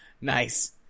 Nice